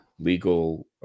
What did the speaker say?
legal